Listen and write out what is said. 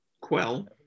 Quell